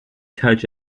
touch